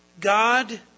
God